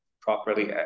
properly